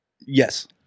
Yes